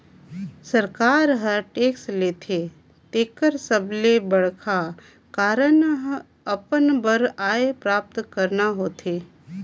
सरकार हर टेक्स लेथे तेकर सबले बड़खा कारन अपन बर आय प्राप्त करना होथे